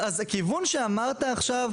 הכיוון שאמרת עכשיו,